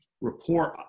report